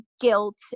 guilt